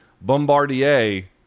Bombardier